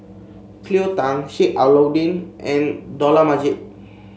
Cleo Thang Sheik Alau'ddin and Dollah Majid